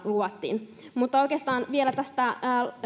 luvattiin mutta vielä tästä